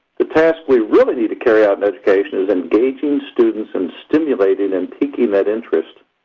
the task we really need to carry out in education is engaging students and stimulating and peaking that interest.